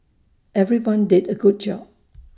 everyone did A good job